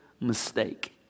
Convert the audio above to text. mistake